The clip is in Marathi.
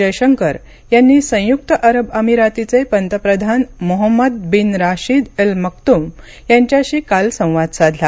जयशंकर यांनी संयुक्त अरब अमीरातीचे पंतप्रधान Mohammed bin Rashid Al Maktoum यांच्याशी काल संवाद साधला